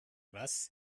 was